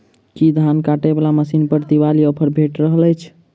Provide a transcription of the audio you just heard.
की धान काटय वला मशीन पर दिवाली ऑफर भेटि रहल छै?